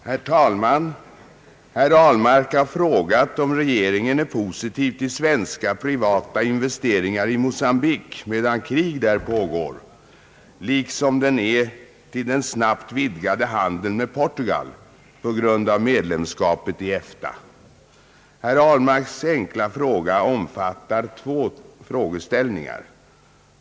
Herr talman! Herr Ahlmark har frågat om regeringen är positiv till svenska privata investeringar i Mocambique medan krig där pågår liksom den är till den snabbt vidgade handeln med Portugal på grund av medlemskapet i EFTA. Herr Ahlmarks enkla fråga omfattar två frågeställningar.